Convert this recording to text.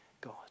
God